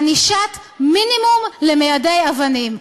ענישת מינימום למיידי אבנים.